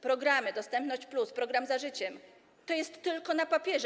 Programy Dostępność+, program „Za życiem” - to jest tylko na papierze.